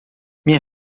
minha